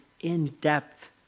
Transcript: in-depth